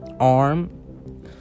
Arm